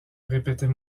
répétait